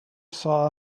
saw